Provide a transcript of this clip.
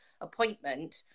appointment